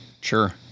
Sure